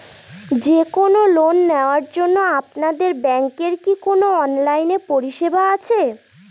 যে কোন লোন নেওয়ার জন্য আপনাদের ব্যাঙ্কের কি কোন অনলাইনে পরিষেবা আছে?